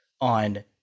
on